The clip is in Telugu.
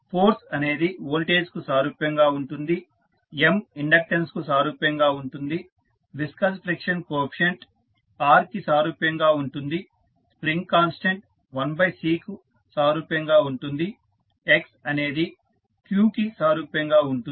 ఫోర్స్ అనేది వోల్టేజ్కు సారూప్యంగా ఉంటుంది M ఇండక్టెన్స్కు సారూప్యంగా ఉంటుంది విస్కస్ ఫ్రిక్షన్ కోఎఫీసియంట్ R కి సారూప్యంగా ఉంటుంది స్ప్రింగ్ కాన్స్టెంట్ 1 C కు సారూప్యంగా ఉంటుంది x అనేది q కి సారూప్యంగా ఉంటుంది